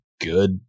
good